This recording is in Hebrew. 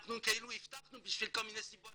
אנחנו כאילו הבטחנו בשביל כל מיני סיבות